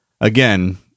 Again